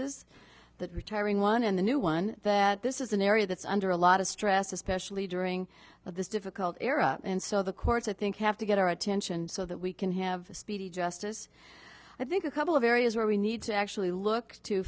justices that retiring one in the new one that this is an area that's under a lot of stress especially during this difficult era and so the courts i think have to get our attention so that we can have a speedy justice i think a couple of areas where we need to actually look to